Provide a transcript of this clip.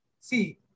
See